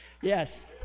Yes